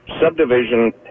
subdivision